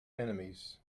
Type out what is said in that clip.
enemies